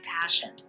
passion